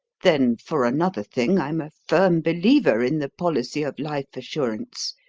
then, for another thing, i'm a firm believer in the policy of life assurance.